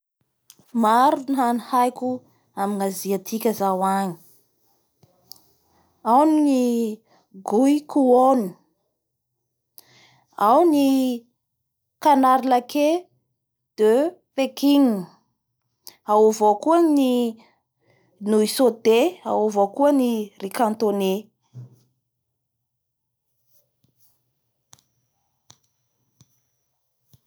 Maro ny hany haiko amin'ny aziatika zao agny ao ny gouykionneao ny canard lakée de pequine ao avao koa ny nouille sauté ao avao koa ny riz contonnais.